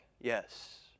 yes